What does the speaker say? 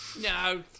No